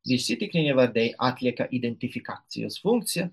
įsitikinimą bei atlieka identifikacijos funkcija